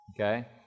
Okay